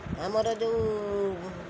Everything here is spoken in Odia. ଆମର ଯେଉଁ